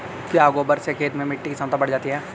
क्या गोबर से खेत में मिटी की क्षमता बढ़ जाती है?